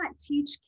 teach